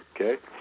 okay